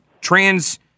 trans